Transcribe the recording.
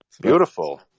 Beautiful